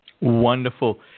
Wonderful